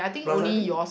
plus I think